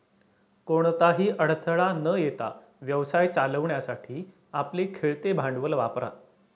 कोणताही अडथळा न येता व्यवसाय चालवण्यासाठी आपले खेळते भांडवल वापरा